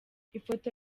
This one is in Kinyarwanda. ifoto